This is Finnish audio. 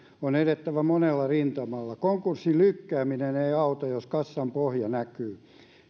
on edettävä monella rintamalla konkurssin lykkääminen ei auta jos kassan pohja näkyy